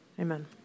Amen